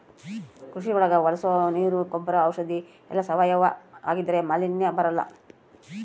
ಕೃಷಿ ಒಳಗ ಬಳಸೋ ನೀರ್ ಗೊಬ್ರ ಔಷಧಿ ಎಲ್ಲ ಸಾವಯವ ಆಗಿದ್ರೆ ಮಾಲಿನ್ಯ ಬರಲ್ಲ